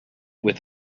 with